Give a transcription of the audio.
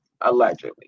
allegedly